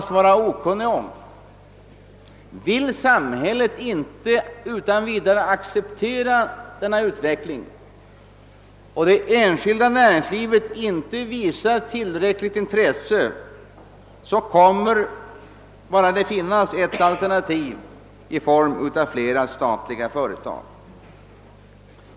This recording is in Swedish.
Ty vill samhället inte utan vidare acceptera denna utveckling och visar det enskilda näringslivet inte tillräckligt intresse, så kommer det bara att finnas ett. alternativ, nämligen fler statliga företag.